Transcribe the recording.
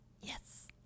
Yes